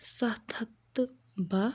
سَتھ ہَتھ تہٕ باہ